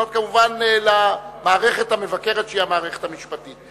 לפנות כמובן למערכת המבקרת, שהיא המערכת המשפטית.